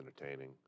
entertaining